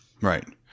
right